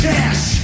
Cash